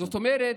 זאת אומרת,